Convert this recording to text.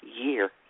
year